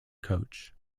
coach